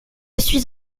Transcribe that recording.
suis